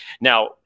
Now